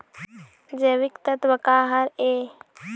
जैविकतत्व का हर ए?